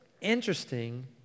interesting